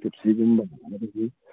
ꯄꯦꯞꯁꯤꯒꯨꯝꯕ ꯑꯗꯒꯤ